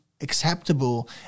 Acceptable